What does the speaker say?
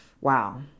wow